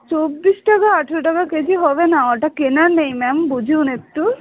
চব্বিশ টাকা আঠেরো টাকা কেজি হবে না ওটা কেনা নেই ম্যাম বুঝুন একটু